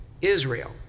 Israel